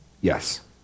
Yes